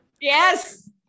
Yes